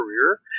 career